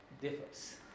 Differs